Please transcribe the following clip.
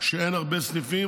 שאין הרבה סניפים,